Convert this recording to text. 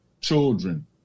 children